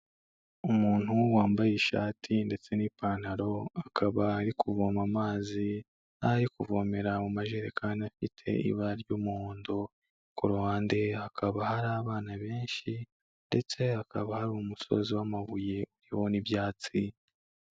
Umuntu wambaye ishati ndetse n'ipantaro akaba ari kuvoma amazi, aho ari kuvomera mu majerekani afite ibara ry'umuhondo, ku ruhande hakaba hari abana benshi ndetse hakaba hari umusozi w'amabuye uriho n'ibyatsi.